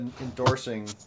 endorsing